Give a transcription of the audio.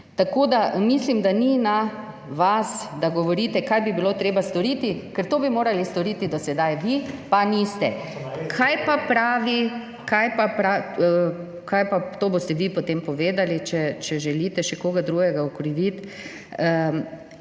Mislim, da ni na vas, da govorite, kaj bi bilo treba storiti, ker to bi morali storiti do sedaj, pa niste. / oglašanje iz dvorane/ To boste vi potem povedali, če želite še koga drugega okriviti.